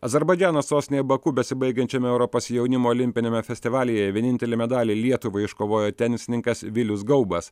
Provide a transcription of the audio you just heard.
azerbaidžano sostinėje baku besibaigiančiame europos jaunimo olimpiniame festivalyje vienintelį medalį lietuvai iškovojo tenisininkas vilius gaubas